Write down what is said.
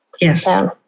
Yes